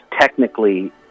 technically